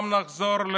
גם נחזור,